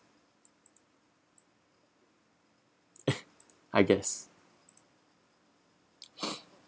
I guess